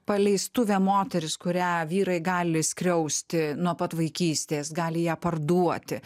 paleistuvė moteris kurią vyrai gali skriausti nuo pat vaikystės gali ją parduoti